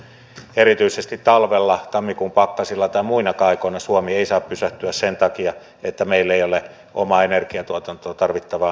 erityisesti talvella tammikuun pakkasilla tai muinakaan aikoina suomi ei saa pysähtyä sen takia että meillä ei ole omaan energiatuotantoon tarvittavaa energiaa